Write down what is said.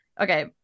okay